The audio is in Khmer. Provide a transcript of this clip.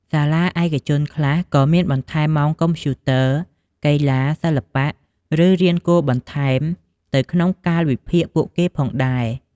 សាលាឯកជនខ្លះក៏មានបន្ថែមម៉ោងកុំព្យូទ័រ កីឡា សិល្បៈ ឬ រៀនគួរបន្ថែមទៅក្នុងកាលវិភាគពួកគេផងដែរ។